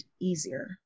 easier